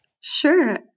Sure